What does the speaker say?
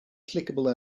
clickable